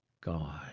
God